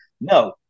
No